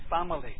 family